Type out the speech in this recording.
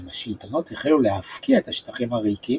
אולם השלטונות החלו להפקיע את השטחים הריקים,